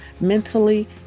mentally